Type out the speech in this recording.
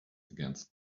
against